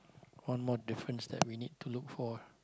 one more difference that we need to look for